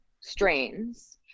strains